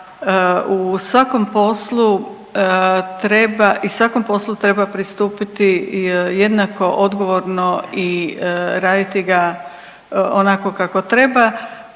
i svakom poslu treba pristupiti jednako odgovorno i raditi ga onako kako treba